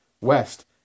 West